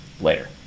Later